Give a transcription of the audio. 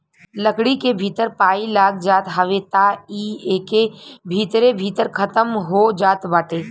लकड़ी के भीतर पाई लाग जात हवे त इ एके भीतरे भीतर खतम हो जात बाटे